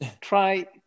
try